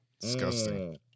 Disgusting